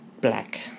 Black